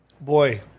boy